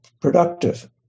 productive